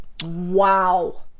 Wow